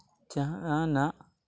ᱡᱟᱦᱟᱱᱟᱜ